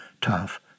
tough